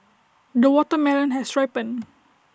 the watermelon has ripened